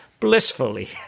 blissfully